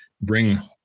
bring